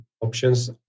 options